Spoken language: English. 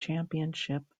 championship